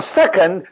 second